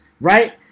right